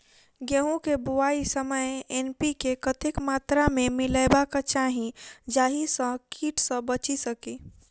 गेंहूँ केँ बुआई समय एन.पी.के कतेक मात्रा मे मिलायबाक चाहि जाहि सँ कीट सँ बचि सकी?